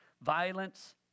violence